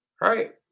right